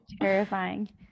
terrifying